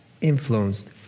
influenced